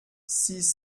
six